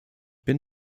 bin